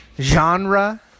genre